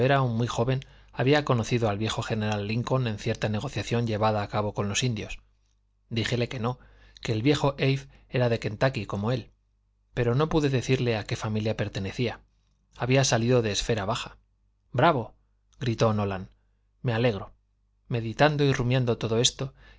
muy joven había conocido al viejo general lincoln en cierta negociación llevada a cabo con los indios díjele que no que el viejo abe era de kentucky como él pero no pude decirle a qué familia pertenecía había salido de esfera baja bravo gritó nolan me alegro meditando y rumiando todo esto